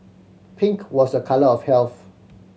pink was a colour of health